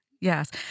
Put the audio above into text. Yes